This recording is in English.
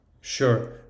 Sure